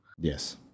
Yes